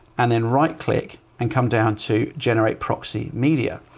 and then right click and come down to generate proxy media.